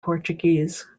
portuguese